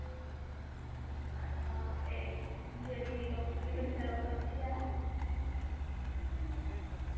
अच्छा ते जेह्ड़ी डाक्टर गी दस्से दा ओह् पर्ची ऐ